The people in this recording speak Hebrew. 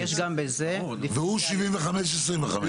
והוא 75%-25%?